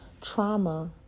Trauma